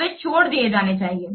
तो वे छोड़ दिए जाना चाहिए